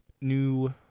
new